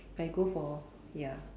like you go for ya